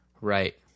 Right